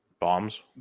bombs